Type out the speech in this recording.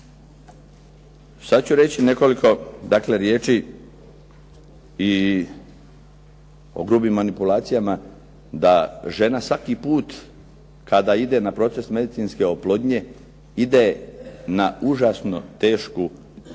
Sad ću reći nekoliko dakle riječi i o grubim manipulacijama da žena svaki put kada ide na proces medicinske oplodnje ide na užasno tešku punkciju